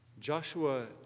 Joshua